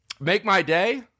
Make-my-day